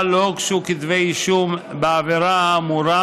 לא הוגשו כתבי אישום בעבירה האמורה,